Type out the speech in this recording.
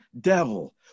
devil